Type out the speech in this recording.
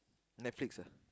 Netflix ah